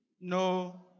no